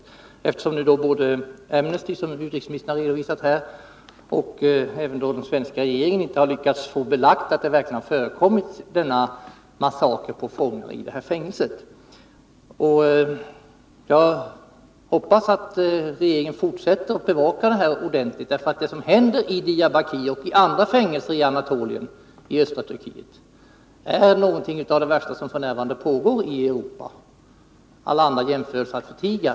Varken Amnesty International, som utrikesministern har redovisat här, eller den svenska regeringen har lyckats få belagt att denna massaker verkligen har förekommit mot fångar i detta fängelse. Jag hoppas att regeringen fortsätter att bevaka det här ordentligt, därför att det som händer i Diyarbakir och i fängelserna på andra håll i Anatolien i östra Turkiet är någonting av det värsta som f. n. pågår i Europa, alla andra jämförelser att förtiga.